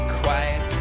quiet